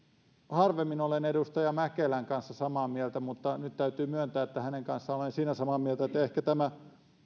harvemmin olen edustaja mäkelän kanssa samaa mieltä mutta nyt täytyy myöntää että hänen kanssaan olen samaa mieltä siinä että ehkä tämä